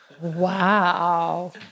Wow